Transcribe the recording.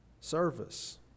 service